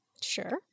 Sure